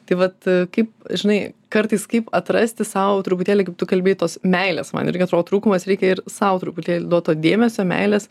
tai vat kaip žinai kartais kaip atrasti sau truputėlį kaip tu kalbėjai tos meilės man irgi atrodo trūkumas reikia ir sau truputėlį duot to dėmesio meilės